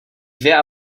dvě